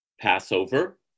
Passover